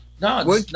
no